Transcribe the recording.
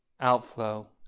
outflow